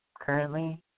currently